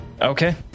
okay